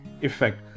effect